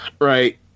right